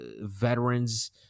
veterans